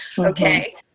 Okay